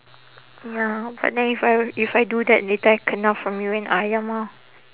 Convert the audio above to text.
ya but then if I if I do that later I kena from you and ayah mah